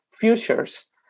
futures